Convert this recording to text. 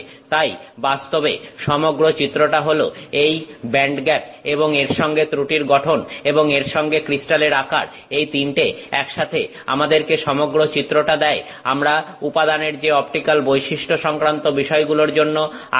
তাই বাস্তবে সমগ্র চিত্রটা হলো এই ব্যান্ডগ্যাপ এবং এর সঙ্গে ত্রুটির গঠন এবং এর সঙ্গে ক্রিস্টালের আকার এই তিনটে একসাথে আমাদেরকে সমগ্র চিত্রটা দেয় আমরা উপাদানের যে অপটিক্যাল বৈশিষ্ট্য সংক্রান্ত বিষয়গুলোর জন্য আগ্রহী